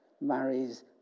marries